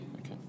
Okay